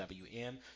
WM